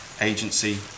Agency